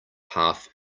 half